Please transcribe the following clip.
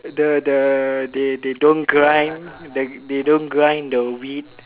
the the they they don't grind they they don't grind the wheat